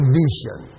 vision